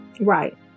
right